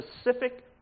specific